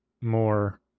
more